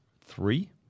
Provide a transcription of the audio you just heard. Three